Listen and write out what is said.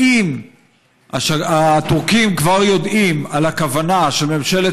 האם הטורקים כבר יודעים על הכוונה של ממשלת